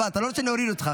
לא רציתי להוריד אותך.